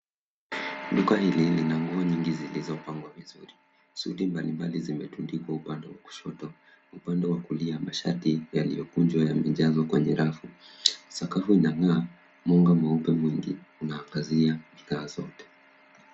Duka hili lina nguo nyingi zilizopangwa vizuri, suti mbali mbali zimetundikwa upande wa kushoto. Uande wa kulia mashati yaliyokunjwa yamejazwa kwenye rafu. Sakafu inangaa mwanga mweupe mwingi unaangazia bidhaa zote.